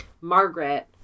Margaret